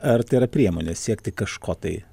ar tai yra priemonė siekti kažko tai